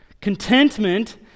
Contentment